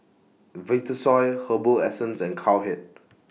Vitasoy Herbal Essences and Cowhead